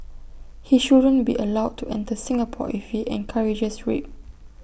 he shouldn't be allowed to enter Singapore if he encourages rape